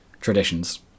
traditions